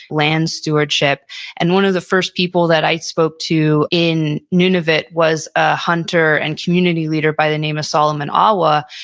land stewardship and one of the first people that i spoke to in nunavut was a hunter and community leader by the name of solomon allah.